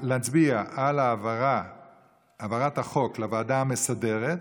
נצביע על העברת החוק לוועדה המסדרת,